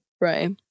Right